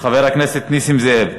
חבר הכנסת נסים זאב,